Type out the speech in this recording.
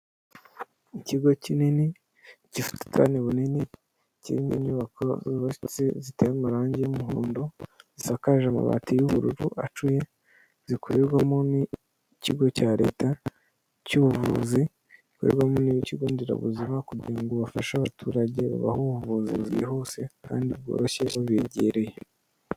ni muri sgopaanbhgshararafha hgg